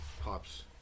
Pops